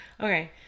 Okay